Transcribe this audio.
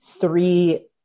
three